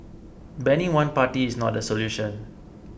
banning one party is not the solution